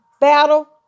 battle